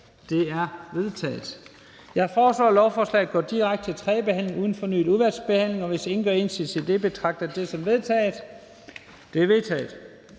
Det er vedtaget. Jeg foreslår, at lovforslaget går direkte til tredje behandling uden fornyet udvalgsbehandling. Hvis ingen gør indsigelse mod dette, betragter jeg det som vedtaget. Det er vedtaget.